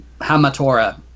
Hamatora